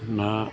ना